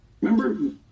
Remember